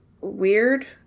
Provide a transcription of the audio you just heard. weird